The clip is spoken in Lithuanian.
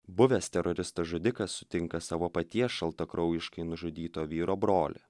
buvęs teroristas žudikas sutinka savo paties šaltakraujiškai nužudyto vyro brolį